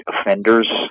offenders